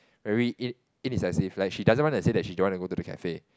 very in~ indecisive like she doesn't want to say that she don't want to go to the cafe